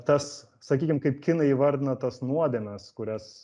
tas sakykim kaip kinai įvardina tas nuodėmes kurias